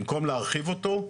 במקום להרחיב אותו,